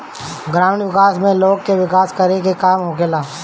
ग्रामीण विकास में लोग के विकास करे के काम होखेला